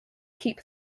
keep